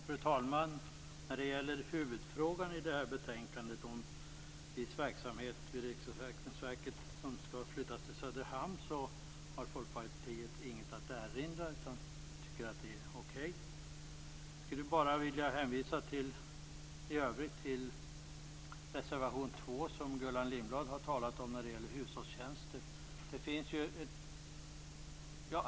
Fru talman! När det gäller huvudfrågan i betänkandet, att viss verksamhet vid Riksförsäkringsverket skall flyttas till Söderhamn, har Folkpartiet inget att erinra utan tycker att det är okej. Jag skulle bara i övrigt vilja hänvisa till reservation 2 som gäller hushållstjänster och som Gullan Lindblad har talat om.